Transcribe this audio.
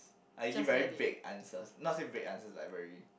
I give very fake answers not same fake answer like very